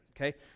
okay